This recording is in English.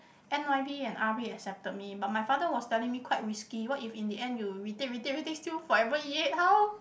N_Y_P and R_P accepted me but my father was telling me quite risky what if in the end you retake retake retake still forever E eight how